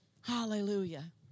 Hallelujah